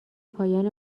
پایان